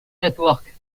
network